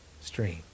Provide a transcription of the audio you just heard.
stream